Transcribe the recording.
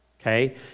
okay